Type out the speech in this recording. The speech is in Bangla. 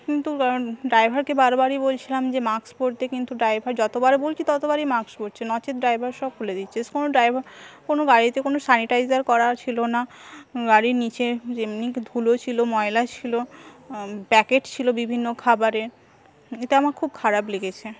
কিন্তু ড্রাইভারকে বারবারই বলছিলাম যে মাস্ক পরতে কিন্তু ড্রাইভার যতবার বলছি ততবারই মাস্ক পরছে নচেৎ ড্রাইভার সব খুলে দিচ্ছে কোনো ড্রইভার কোনো গাড়িতে কোনো স্যানিটাইজার করা ছিল না গাড়ির নীচে যেমনি ধুলো ছিল ময়লা ছিল প্যাকেট ছিল বিভিন্ন খাবারে এতে আমার খুব খারাপ লেগেছে